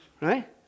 Right